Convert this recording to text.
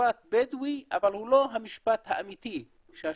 משפט בדואי, אבל הוא לא המשפט האמיתי שהשייח'